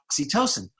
oxytocin